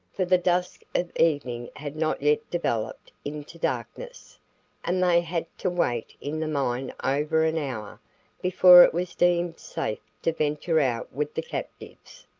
for the dusk of evening had not yet developed into darkness and they had to wait in the mine over an hour before it was deemed safe to venture out with the captives.